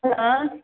hello